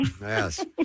Yes